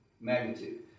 magnitude